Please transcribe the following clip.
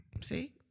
See